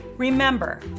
Remember